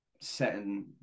setting